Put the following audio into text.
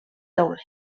tauler